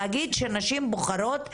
להגיד שנשים בוחרות,